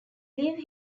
leave